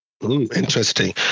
interesting